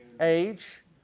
Age